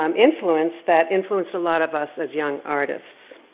um influence that influenced a lot of us as young artists.